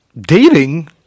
dating